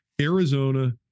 Arizona